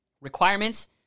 requirements